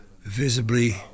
visibly